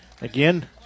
again